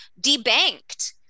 debanked